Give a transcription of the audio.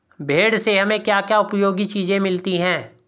भेड़ से हमें क्या क्या उपयोगी चीजें मिलती हैं?